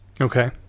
Okay